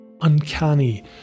uncanny